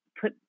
put